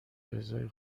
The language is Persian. رضای